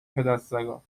پدسگا